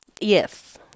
Yes